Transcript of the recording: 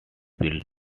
build